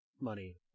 money